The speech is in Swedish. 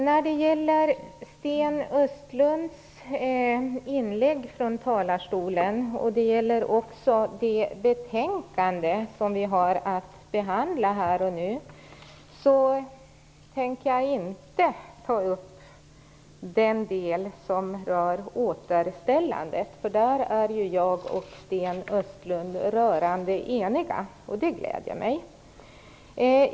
När det gäller Sten Östlunds inlägg från talarstolen och det betänkande vi har att behandla tänker jag inte ta upp den del som rör återställandet, för där är Sten Östlund och jag rörande eniga. Det gläder mig.